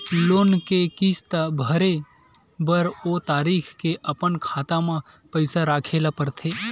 loan के किस्त भरे बर ओ तारीख के अपन खाता म पइसा राखे ल परथे